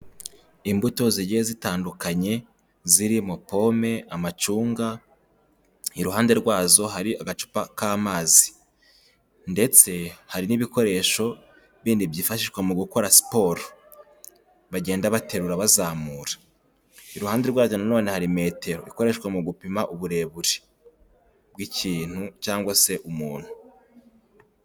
Imbuto zigiye zitandukanye zirimo pome, amacunga. Iruhande rwazo hari agacupa k'amazi. Ndetse hari n'ibikoresho bindi byifashishwa mu gukora siporo bagenda baterura bazamura. Iruhande rwayo nanone hari metero ikoreshwa mu gupima uburebure bw'ikintu cyangwa se umuntu.